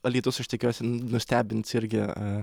alytus aš tikiuosi nustebins irgi